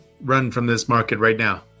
run-from-this-market-right-now